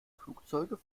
flugzeuge